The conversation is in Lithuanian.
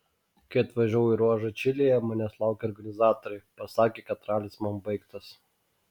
kai atvažiavau į ruožą čilėje manęs laukę organizatoriai pasakė kad ralis man baigtas